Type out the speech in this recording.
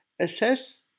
assess